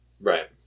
Right